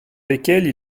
lesquelles